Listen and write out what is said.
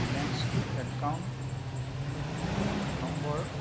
বেলেন্সটো account number